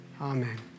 Amen